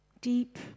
deep